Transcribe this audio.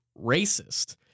racist